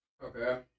Okay